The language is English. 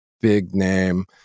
big-name